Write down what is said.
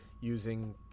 using